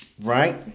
right